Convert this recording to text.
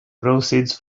proceeds